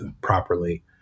properly